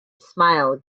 smile